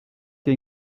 que